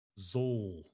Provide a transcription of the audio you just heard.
Zol